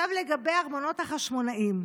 עכשיו לגבי ארמונות החשמונאים.